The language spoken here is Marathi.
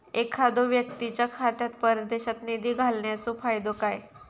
एखादो व्यक्तीच्या खात्यात परदेशात निधी घालन्याचो फायदो काय?